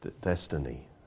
destiny